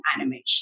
animation